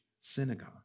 synagogue